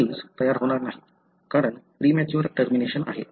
proteins तयार होणार नाहीत कारण प्रीमॅच्युअर टर्मिनेशन आहे